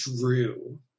Drew